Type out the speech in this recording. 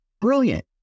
Brilliant